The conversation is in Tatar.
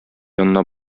янына